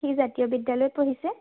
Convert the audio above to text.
সি জাতীয় বিদ্যালয়ত পঢ়িছে